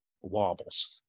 wobbles